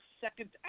second